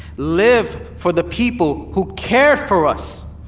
live for the people who cared for us,